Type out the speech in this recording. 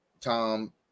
Tom